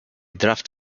draft